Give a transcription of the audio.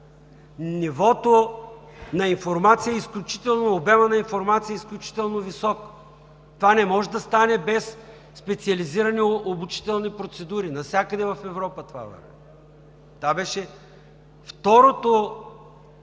обемът на информация е изключително висок. Това не може да стане без специализирани обучителни процедури. Навсякъде в Европа това върви. Това